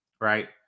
right